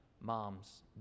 moms